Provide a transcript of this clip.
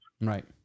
right